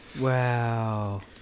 Wow